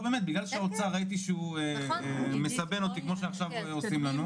ראיתי שהוא מסבן אותי כמו שעכשיו הם עושים לנו.